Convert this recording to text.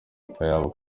akayabo